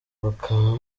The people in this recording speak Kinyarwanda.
bakaba